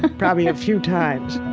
probably a few times